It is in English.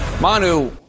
Manu